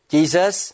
Jesus